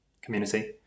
community